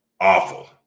awful